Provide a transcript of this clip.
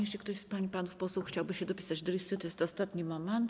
Jeśli ktoś z pań i panów posłów chciałby się dopisać do listy, to jest ostatni moment.